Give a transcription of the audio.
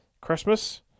christmas